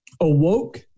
awoke